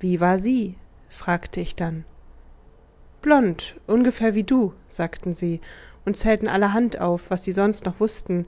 wie war sie fragte ich dann blond ungefähr wie du sagten sie und zählten allerhand auf was sie sonst noch wußten